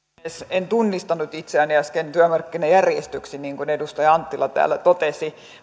en tunnistanut itseäni äsken työmarkkinajärjestöksi niin kuin edustaja anttila täällä totesi